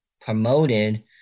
promoted